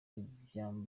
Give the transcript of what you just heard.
imbyaro